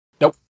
Nope